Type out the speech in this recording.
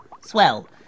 Swell